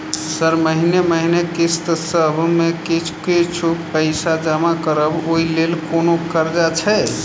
Sir महीने महीने किस्तसभ मे किछ कुछ पैसा जमा करब ओई लेल कोनो कर्जा छैय?